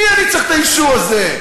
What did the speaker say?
ממי אני צריך את האישור הזה?